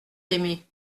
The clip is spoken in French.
aimé